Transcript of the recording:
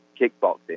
kickboxing